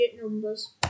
numbers